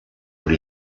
what